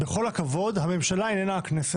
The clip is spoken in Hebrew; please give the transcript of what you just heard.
בכל הכבוד, הממשלה איננה הכנסת.